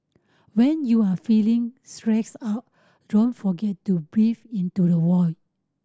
when you are feeling stressed out don't forget to breathe into the void